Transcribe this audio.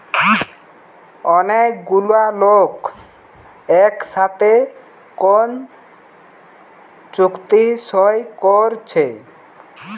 অনেক গুলা লোক একসাথে কোন চুক্তি সই কোরছে